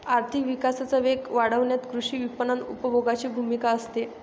आर्थिक विकासाचा वेग वाढवण्यात कृषी विपणन उपभोगाची भूमिका असते